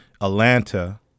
Atlanta